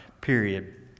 period